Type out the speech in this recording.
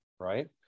right